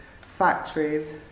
factories